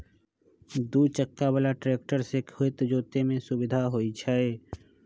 दू चक्का बला ट्रैक्टर से खेत जोतय में सुविधा होई छै